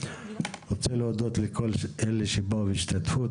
אני רוצה להודות לכל אלה שבאו והשתתפו,